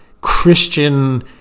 Christian